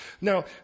Now